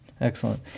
Excellent